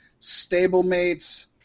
stablemates